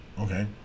okay